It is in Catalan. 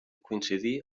coincidir